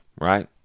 right